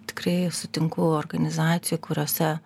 tikrai sutinku organizacijų kuriose